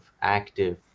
active